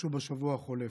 שהתרחשו בשבוע החולף.